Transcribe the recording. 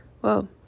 whoa